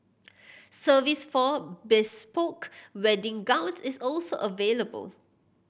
service for bespoke wedding gowns is also available